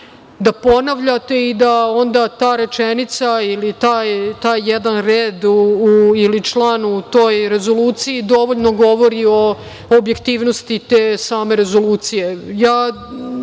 da ponavljate i da onda ta rečenica ili taj jedan red ili član u toj Rezoluciji dovoljno govori o objektivnosti te same Rezolucije. Ne